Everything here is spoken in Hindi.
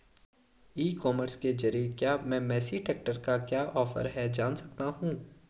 ई कॉमर्स के ज़रिए क्या मैं मेसी ट्रैक्टर का क्या ऑफर है जान सकता हूँ?